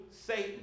Satan